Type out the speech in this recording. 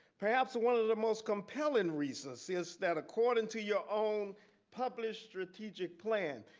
perhaps one of the most compelling reasons is that according to your own published strategic plan,